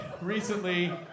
recently